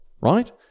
right